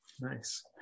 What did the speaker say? Nice